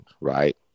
right